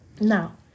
Now